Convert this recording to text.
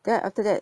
then after that